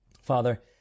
Father